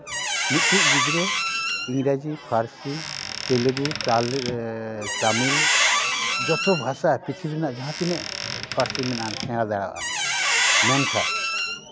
ᱢᱤᱫᱴᱤᱡ ᱜᱤᱫᱽᱨᱟᱹ ᱤᱝᱨᱮᱡᱤ ᱯᱟᱹᱨᱥᱤ ᱛᱮᱞᱮᱜᱩ ᱛᱟᱹᱢᱤᱞ ᱡᱚᱛᱚ ᱵᱷᱟᱥᱟ ᱯᱨᱤᱛᱷᱤᱵᱤᱨ ᱨᱮᱱᱟᱜ ᱡᱟᱦᱟᱸ ᱛᱤᱱᱟᱹᱜ ᱯᱟᱹᱨᱥᱤ ᱢᱮᱱᱟᱜᱼᱟ ᱥᱮᱬᱟ ᱫᱟᱲᱮᱭᱟᱜ ᱟᱭ ᱢᱮᱱᱠᱷᱟᱡ